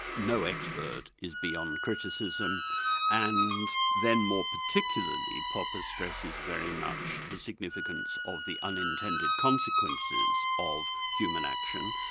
no expert, is beyond criticism and then more particularly, popper stresses very much the significance of the unintended consequences of human action.